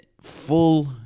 full